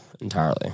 entirely